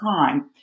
time